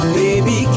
baby